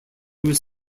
was